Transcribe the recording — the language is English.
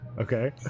Okay